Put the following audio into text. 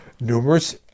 numerous